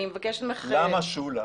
למה שולה,